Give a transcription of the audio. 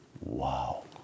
Wow